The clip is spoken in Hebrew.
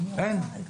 אין, אין,